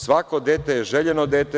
Svako dete je željeno dete.